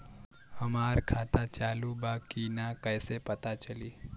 हमार खाता चालू बा कि ना कैसे पता चली?